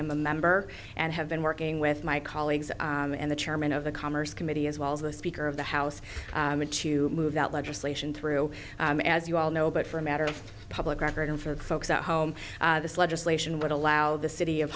am a member and have been working with my colleagues and the chairman of the commerce committee as well as the speaker of the house to move that legislation through as you all know but for a matter of public record and for folks at home this legislation would allow the city of